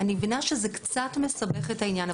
אני מבינה שזה קצת מסבך את העניין,